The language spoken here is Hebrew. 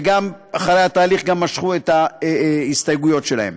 ואחרי התהליך משכו את ההסתייגויות שלהם.